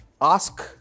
ask